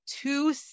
two